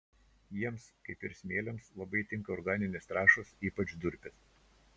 jiems kaip ir smėliams labai tinka organinės trąšos ypač durpės